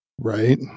right